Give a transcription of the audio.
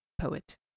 poet